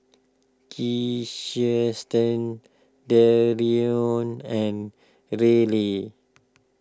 Kiersten Dereon and Ryley